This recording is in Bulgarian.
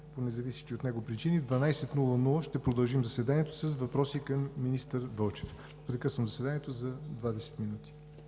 по независещи от него причини. В 12,00 ч. ще продължим заседанието с въпроси към министър Вълчев. Прекъсвам заседанието за 20 минути.